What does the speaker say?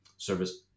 service